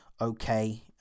okay